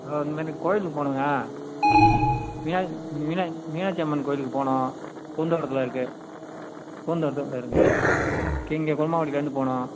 இந்தமாரி கோயிலுக்கு போகனுங்க மீனா மீனா மீனாட்சி அம்மன் கோயிலுக்கு போகனும் பூந்தோட்டத்தில் இருக்கு பூந்தோட்டத்தில் இருக்குங்க ஓகே இங்கே கொல்லுமாங்குடிலேந்து போகனும்